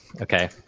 Okay